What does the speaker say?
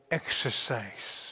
exercise